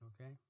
okay